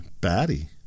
batty